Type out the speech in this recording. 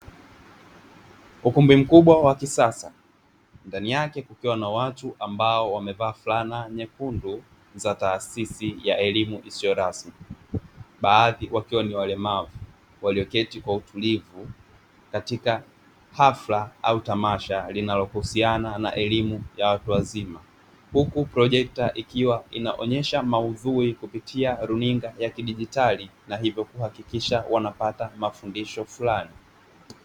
Ukumbi mkubwa wa kisasa, ndani yake kukiwa na watu ambao wamevaa fulana nyekundu za taasisi ya elimu isiyo rasmi. Baadhi wakiwa ni walemavu walioketi kwa utulivu katika hafla au tamasha linalohusiana na elimu ya watu wazima. Huku projekta ikiwa inaonyesha maudhui kupitia runinga ya kidigitali na hivyo kuhakikisha wanapata mafundisho fulani.